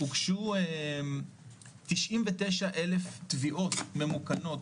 הוגשו תשעים ותשעה אלף תביעות ממוכנות,